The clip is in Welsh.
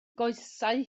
goesau